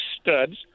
studs